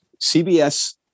CBS